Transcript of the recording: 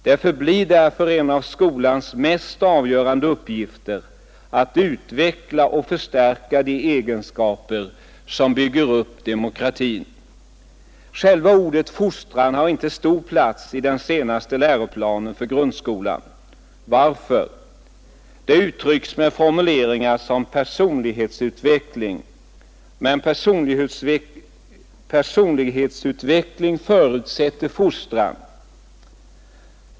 Det förblir därför en av skolans mest avgörande uppgifter att utveckla och förstärka de egenskaper som bygger upp demokratin. Själva ordet fostran har inte någon stor plats i den senaste läroplanen för grundskolan. Varför? Man använder där formuleringar som ”personlighetsutveckling”. Men personlighetsutveckling förutsätter fostran.